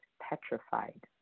petrified